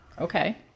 Okay